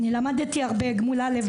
למדתי הרבה גמול א',